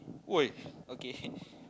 !oi! okay